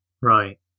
Right